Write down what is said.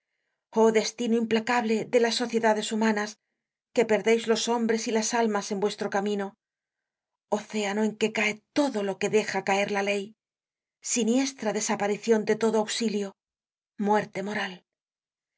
oh destino implacable de las sociedades humanas que perdeis los hombres y las almas en vuestro camino océano en que cae todo lo que deja caer la ley siniestra desaparicion de todo auxilio fuerte moral